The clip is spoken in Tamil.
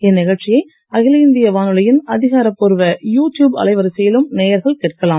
இந்நிகழ்ச்சியை அகில இந்திய வானொலியின் அதிகாரப்பூர்வ யூடியுப் அலைவரிசையிலும் நேயர்கள் கேட்கலாம்